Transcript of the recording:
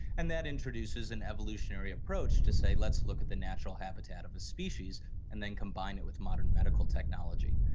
and that introduces an evolutionary approach to say let's look at the natural habitat of a species and then combine it with modern medical technology,